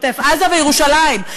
עוטף-עזה וירושלים,